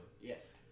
Yes